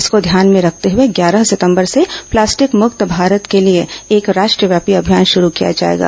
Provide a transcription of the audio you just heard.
इसको ध्यान में रखते हुए ग्यारह सितम्बर से प्लास्टिक मुक्त भारत के लिए एक राष्ट्रव्यापी अभियान शुरू किया जाएगा